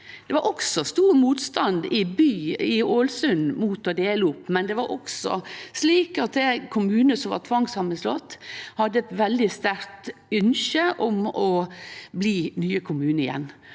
Det var stor motstand i Ålesund mot å dele opp, men det var òg slik at det var ein kommune som var tvangssamanslått og hadde eit veldig sterkt ynske om å bli eigen kommune igjen.